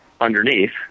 underneath